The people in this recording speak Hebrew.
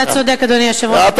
אתה צודק, אדוני היושב-ראש.